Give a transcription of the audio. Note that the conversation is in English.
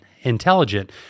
intelligent